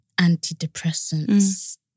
antidepressants